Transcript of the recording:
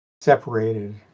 separated